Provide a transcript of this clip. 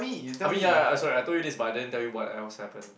I mean ya uh sorry I told you this but I didn't tell you what else happen